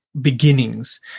beginnings